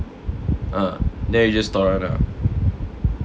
uh then you just torrent ah